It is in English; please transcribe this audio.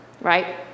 right